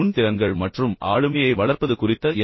நுண் திறன்கள் மற்றும் ஆளுமையை வளர்ப்பது குறித்த என்